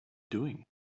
doing